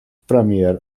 premier